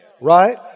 Right